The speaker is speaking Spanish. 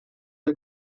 del